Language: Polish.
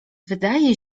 wydaje